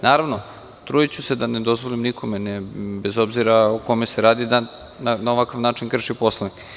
Naravno, trudiću se da ne dozvolim nikome, bez obzira o kome se radi, da na ovakav način krši Poslovnik.